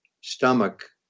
stomach